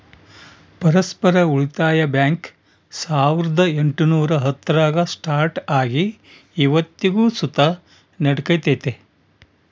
ಪರಸ್ಪರ ಉಳಿತಾಯ ಬ್ಯಾಂಕ್ ಸಾವುರ್ದ ಎಂಟುನೂರ ಹತ್ತರಾಗ ಸ್ಟಾರ್ಟ್ ಆಗಿ ಇವತ್ತಿಗೂ ಸುತ ನಡೆಕತ್ತೆತೆ